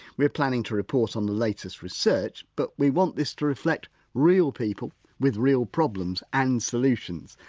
we're planning to report on the latest research but we want this to reflect real people with real problems and solutions.